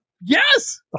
Yes